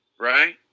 Right